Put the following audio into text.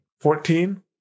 Fourteen